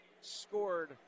scored